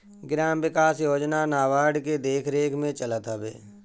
gram विकास योजना NABARD के देखरेख में चलत हवे